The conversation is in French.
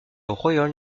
royal